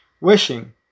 Wishing